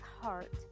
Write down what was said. heart